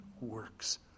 works